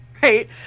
Right